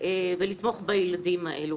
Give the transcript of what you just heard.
לתמוך בילדים האלו.